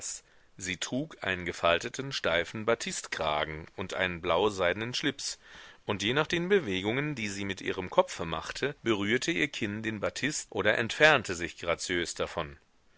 sie trug einen gefalteten steifen batistkragen und einen blauseidnen schlips und je nach den bewegungen die sie mit ihrem kopfe machte berührte ihr kinn den batist oder entfernte sich graziös davon